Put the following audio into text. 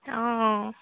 অঁ